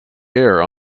air